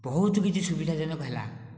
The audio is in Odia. ବହୁତ କିଛି ସୁବିଧାଜନକ ହେଲା